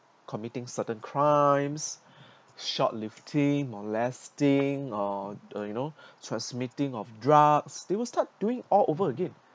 committing certain crimes shoplifting molesting or or you know transmitting of drugs they will start doing all over again